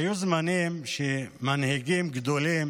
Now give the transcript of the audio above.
היו זמנים שמנהיגים גדולים